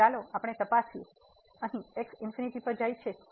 તો ચાલો આપણે તપાસીએ અહીં x પર જાય છે